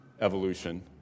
evolution